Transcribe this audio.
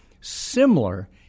similar